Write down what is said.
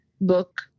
book